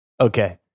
okay